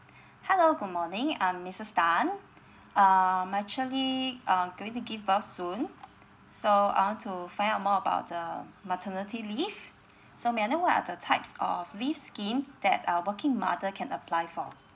hello good morning I'm missus tan um actually um going to give birth soon so I want to find out more about the maternity leave so may I know what are the types of leaves scheme that a working mother can apply for